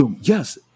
Yes